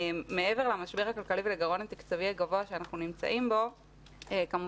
מעבר למשבר הכלכלי ולגירעון התקציבי הגבוה שאנחנו נמצאים בו כמובן